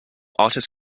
artist